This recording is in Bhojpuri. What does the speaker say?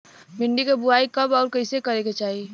भिंडी क बुआई कब अउर कइसे करे के चाही?